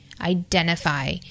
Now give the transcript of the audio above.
identify